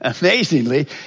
Amazingly